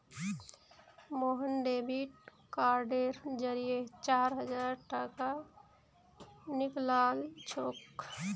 Mohan debit कार्डेर जरिए चार हजार टाका निकलालछोक